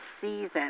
Season